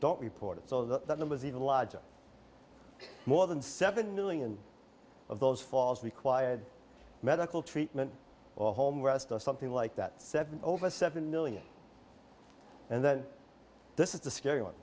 don't report it so that that number is even larger more than seven million of those falls required medical treatment or home where something like that seven over seven million and then this is a scary one